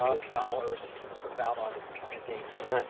ah scholars and people sort of out on ah on a day trip.